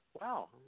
wow